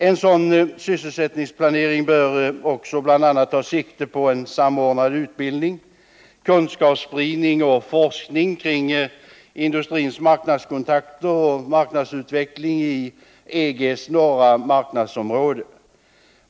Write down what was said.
En sådan sysselsättningsplanering bör också bl.a. ta sikte på en samordnad utbildning, kunskapsspridning och forskning kring industrins marknadskontakter och marknadsutveckling i EG:s norra marknadsområde.